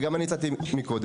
וגם אני הצעתי מקודם,